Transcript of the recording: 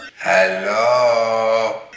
Hello